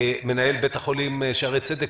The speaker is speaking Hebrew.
מנהל בית החולים שערי צדק,